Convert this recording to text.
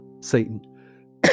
Satan